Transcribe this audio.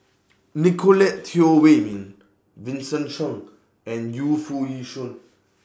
Nicolette Teo Wei Min Vincent Cheng and Yu Foo Yee Shoon